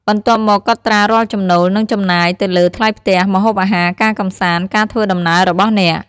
បន្ទាប់មកកត់ត្រារាល់ចំណូល និងចំណាយ ទៅលើ ថ្លៃផ្ទះ ម្ហូបអាហារ ការកម្សាន្ត ការធ្វើដំណើរ របស់អ្នក។